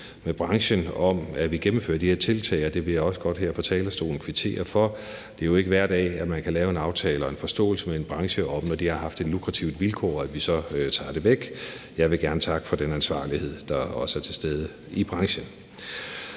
med branchen om, at vi gennemfører de her tiltag. Det vil jeg også godt her fra talerstolen kvittere for. Det er jo ikke hver dag, at man kan lave en aftale og en forståelse med en branche om, at når de har haft et lukrativt vilkår, så tager vi det væk. Jeg vil gerne takke for den ansvarlighed, der også er til stede i branchen.